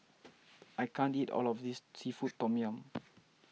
I can't eat all of this Seafood Tom Yum